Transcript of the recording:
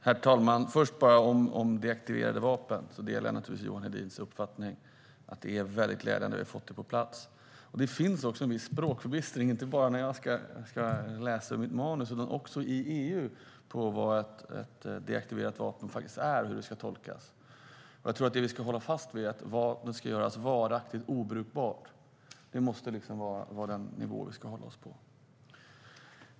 Herr talman! Först vill jag ta upp frågan om deaktiverade vapen. Jag delar Johan Hedins uppfattning att det är väldigt glädjande att vi har fått det på plats. Det finns också en viss språkförbistring - och inte bara när jag ska läsa mitt manus, utan också i EU - om vad ett deaktiverat vapen är och hur det ska tolkas. Det vi ska hålla fast vid är att vapnet ska göras varaktigt obrukbart. Det måste vara den nivå vi ska hålla oss på.